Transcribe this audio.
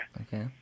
Okay